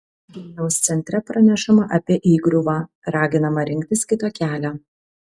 vilniaus centre pranešama apie įgriuvą raginama rinktis kitą kelią